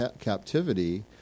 captivity